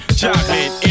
chocolate